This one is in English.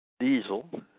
diesel